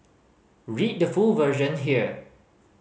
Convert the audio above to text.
read the full version here